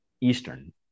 Eastern